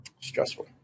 Stressful